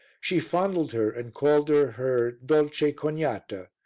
she fondled her, and called her her dolce cognata,